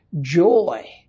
joy